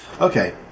Okay